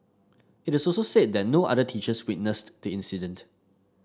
it also said that no other teachers witnessed the incident